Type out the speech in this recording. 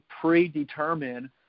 predetermine